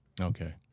Okay